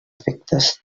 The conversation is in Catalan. efectes